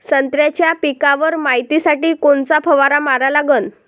संत्र्याच्या पिकावर मायतीसाठी कोनचा फवारा मारा लागन?